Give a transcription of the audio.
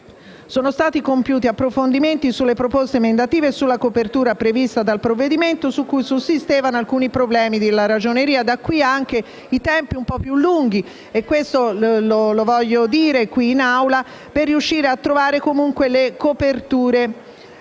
sono stati compiuti approfondimenti sulle proposte emendative e sulla copertura finanziaria prevista dal provvedimento, su cui sussistevano alcuni problemi posti dalla Ragioneria generale dello Stato; da qui anche i tempi un po' più lunghi - lo voglio dire qui in Aula - per riuscire a trovare comunque le coperture.